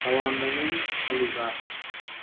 ꯑꯋꯥꯡꯃꯌꯨꯝ ꯑꯂꯤꯕꯥꯁ